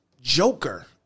Joker